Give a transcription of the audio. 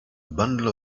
bundle